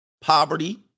poverty